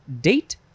date